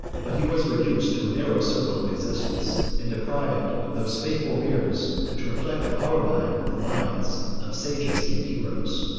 but he was reduced to a narrow circle of existence, and deprived of those faithful mirrors, which reflect to our mind the minds of sages and heroes.